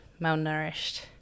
malnourished